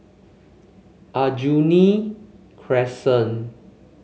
Aljunied Crescent